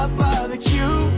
barbecue